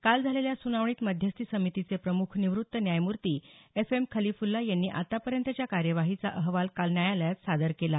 काल झालेल्या सुनावणीत मध्यस्थी समितीचे प्रमुख निवृत्त न्यायमूर्ती एफ एम खलिफुल्ला यांनी आतापर्यंतच्या कार्यवाहीचा अहवाल काल न्यायालयाला सादर केला